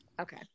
Okay